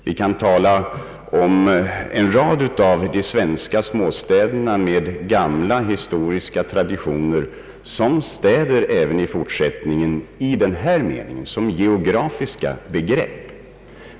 Vi kan tala om en rad av de svenska småstäderna med gamla historiska traditioner som städer även i fortsättningen, som geografiska begrepp.